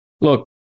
Look